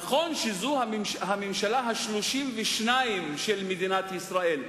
נכון שזו הממשלה ה-32 של מדינת ישראל,